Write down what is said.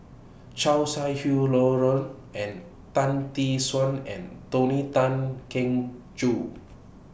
Chow Sau Hai and Tan Tee Suan and Tony Tan Keng Joo